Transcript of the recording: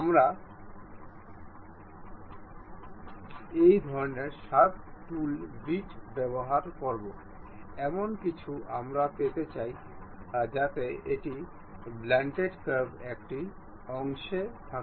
আমরা শুধু এখানে সক্রিয় করব স্কেচ করব এটি প্রদর্শন করব